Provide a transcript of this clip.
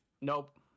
Nope